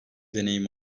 deneyim